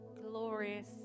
glorious